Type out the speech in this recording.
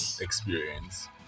experience